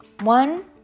One